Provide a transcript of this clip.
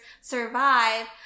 survive